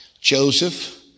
Joseph